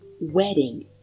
wedding